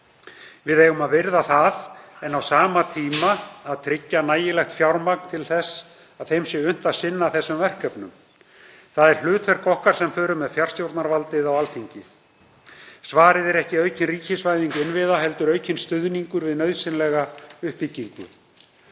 Við eigum að virða það en á sama tíma að tryggja nægilegt fjármagn til að þeim sé unnt að sinna þessum verkefnum. Það er hlutverk okkar sem förum með fjárstjórnarvaldið á Alþingi. Svarið er ekki aukin ríkisvæðing innviða heldur aukinn stuðningur við nauðsynlega uppbyggingu.